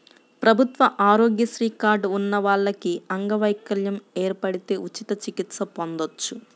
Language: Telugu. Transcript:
ప్రభుత్వ ఆరోగ్యశ్రీ కార్డు ఉన్న వాళ్లకి అంగవైకల్యం ఏర్పడితే ఉచిత చికిత్స పొందొచ్చు